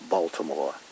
Baltimore